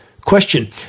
Question